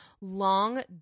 long